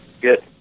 Good